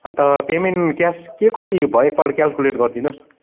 अन्त payment cash के कति भयो एकपल्ट क्यालकुलेट गरिदिनुहोस्